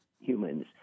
humans